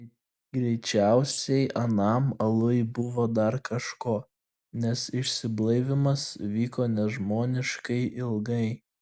greičiausiai anam aluj buvo dar kažko nes išsiblaivymas vyko nežmoniškai ilgai